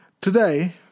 Today